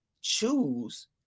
choose